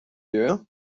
you